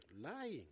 lying